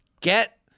Get